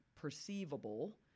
perceivable